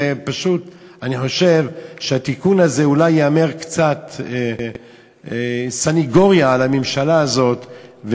ואני חושב שהתיקון הזה אולי יאמר קצת סנגוריה על הממשלה הזאת,